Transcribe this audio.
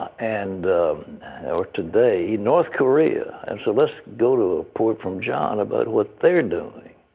and or today, north korea. and so let's go to a report from john about what they're doing.